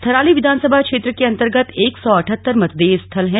थराली विधानसभा क्षेत्र के अन्तर्गत एक सौ अठहत्तर मतदेय स्थल हैं